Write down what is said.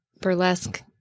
Burlesque